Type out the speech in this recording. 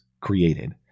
created